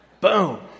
Boom